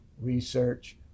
research